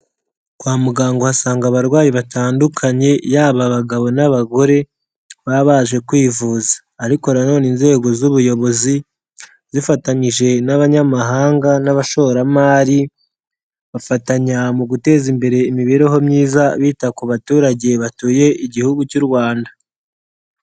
Kwa muganga uhasanga abarwayi batandukanye yaba abagabo n'abagore baba baje kwivuza, ariko nanone inzego z'ubuyobozi zifatanyije n'abanyamahanga n'abashoramari bafatanya mu guteza imbere imibereho myiza bita ku baturage batuye igihugu cy'u Rwanda.